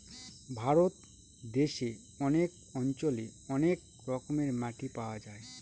ভারত দেশে অনেক অঞ্চলে অনেক রকমের মাটি পাওয়া যায়